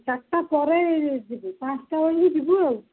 ଚାରିଟା ପରେ ଯିବି ପାଞ୍ଚଟା ବେଳକୁ ଯିବୁ ଆଉ